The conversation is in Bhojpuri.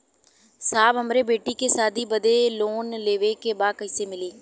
साहब हमरे बेटी के शादी बदे के लोन लेवे के बा कइसे मिलि?